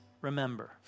remember